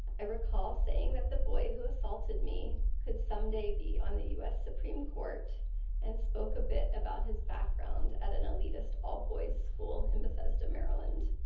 i recall saying that the boy who assaulted me to someday be on the us supreme court and spoke a bit about his background at an elitist all boys school in bethesda, maryland.